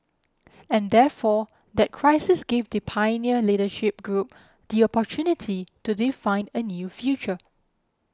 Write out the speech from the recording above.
and therefore that crisis gave the pioneer leadership group the opportunity to define a new future